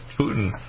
Putin